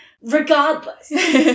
Regardless